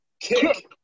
kick